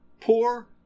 poor